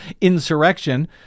insurrection